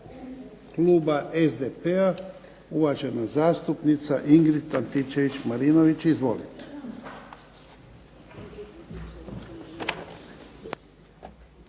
kluba SDP-a, uvažena zastupnica Ingrid Antičević Marinović. Izvolite.